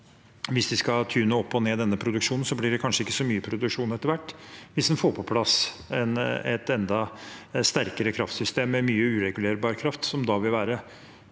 hvis vi skal tune denne produksjonen opp og ned, blir det kanskje ikke så mye produksjon etter hvert hvis en får på plass et enda sterkere kraftsystem med mye uregulerbar kraft, som da mest